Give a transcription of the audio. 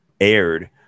aired